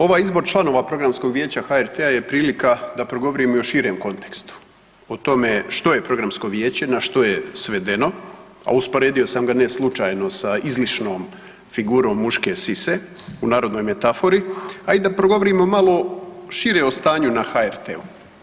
Ovaj izbor članova Programskog vijeća HRT-a je prilika da progovorimo i u širem kontekstu o tome što je Programsko vijeće, na što je svedeno a usporedio sam ga ne slučajno sa izlišnom figurom muške sise u narodnoj metafori, a i da progovorimo malo šire o stanju na HRT-u.